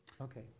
Okay